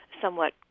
somewhat